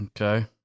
Okay